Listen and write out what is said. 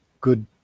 good